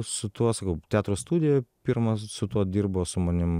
su tuo sakau teatro studijoj pirmas su tuo dirbo su manim